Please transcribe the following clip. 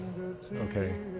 Okay